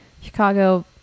Chicago